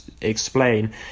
explain